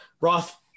Roth